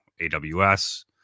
AWS